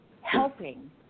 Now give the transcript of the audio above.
helping